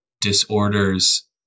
disorders